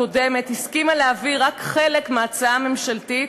הסכימה להעביר רק חלק מההצעה הממשלתית,